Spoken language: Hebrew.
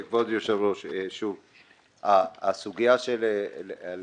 וכו' זה מראה את הרצון שלכם לשפר את המצב,